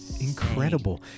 incredible